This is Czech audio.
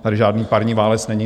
Tady žádný parní válec není.